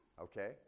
Okay